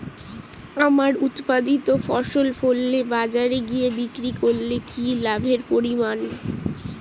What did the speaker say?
আমার উৎপাদিত ফসল ফলে বাজারে গিয়ে বিক্রি করলে কি লাভের পরিমাণ?